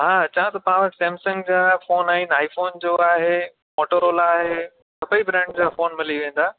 हा अचां थो पाण वटि सैमसंग जा फ़ोन आहिनि आई फ़ोन जो आहे मोटोरोला आहे सभईं ब्रांड जा फ़ोन मिली वेंदा